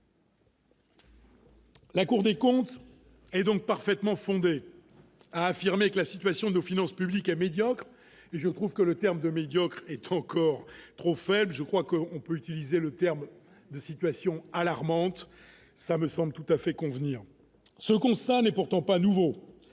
La Cour des comptes et donc parfaitement fondé à affirmer que la situation de nos finances publiques est médiocre et je trouve que le terme de médiocre et 30 corps trop faible, je crois que on peut utiliser le terme de situation alarmante, ça me semble tout à fait convenir ce qu'on s'en est pourtant pas nouveau,